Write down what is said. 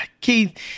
Keith